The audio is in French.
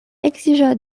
exigea